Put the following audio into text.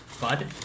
Bud